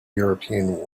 european